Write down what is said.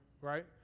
right